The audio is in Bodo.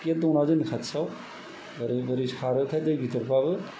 गेट दंना जोंनि खथियाव बोरै बोरै सारोथाय दै गिदिरब्लाबो